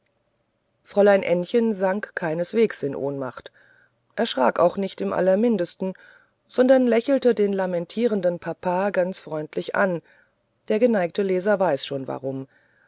fräulein ännchen sank keinesweges in ohnmacht erschrak auch nicht im allermindesten sondern lächelte den lamentierenden papa ganz freundlich an der geneigte leser weiß schon warum